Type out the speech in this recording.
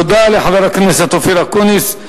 תודה לחבר הכנסת אופיר אקוניס.